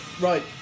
Right